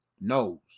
knows